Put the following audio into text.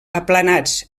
aplanats